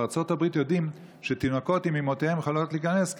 בארצות הברית יודעים שתינוקות עם אימותיהם יכולים להיכנס,